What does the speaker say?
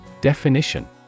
Definition